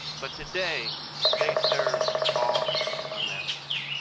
but today they serve all americans.